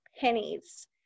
pennies